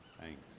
Thanks